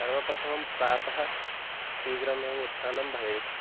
सर्वप्रथमं प्रातः शीघ्रमेव उत्थानं भवेत्